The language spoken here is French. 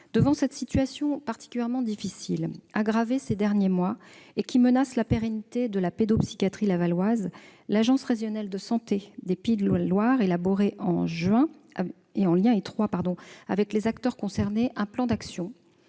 Devant cette situation particulièrement difficile, aggravée ces derniers mois, et qui menace la pérennité de la pédopsychiatrie lavalloise, l'agence régionale de santé des Pays de la Loire a élaboré en juin, en lien étroit avec les acteurs concernés, un plan d'action